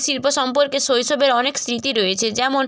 শিল্প সম্পর্কে শৈশবের অনেক স্মৃতি রয়েছে যেমন